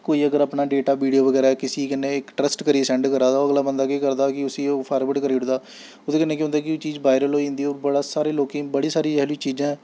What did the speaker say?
कोई अगर अपना डेटा वीडियो बगैरा किसी कन्नै इक ट्रस्ट करियै सैंड्ड करा दा ओह् अगला बंदा केह् करदा कि उस्सी ओह् फार्बड करी ओड़दा ओह्दे कन्नै केह् होंदा कि ओह् चीज बायरल होई जंदी ओह् बड़ा सारें लोकें गी बड़ा सारी एहो जेही चीजां